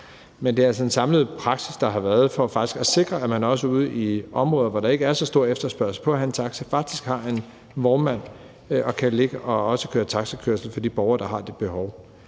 Men det er altså en samlet praksis, der har været, for faktisk at sikre, at man også ude i områder, hvor der ikke er så stor efterspørgsel på taxier, faktisk har en vognmand, som kan ligge og køre taxakørsel for de borgere, der har det behov.